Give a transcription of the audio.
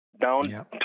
Down